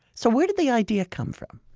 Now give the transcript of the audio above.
so where did the idea come from?